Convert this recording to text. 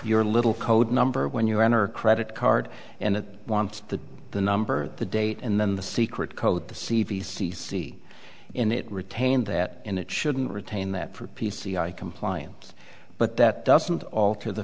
your little code number when you enter credit card and want to the number the date and then the secret code the c v c c in it retained that and it shouldn't retain that for p c i compliance but that doesn't alter the